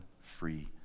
free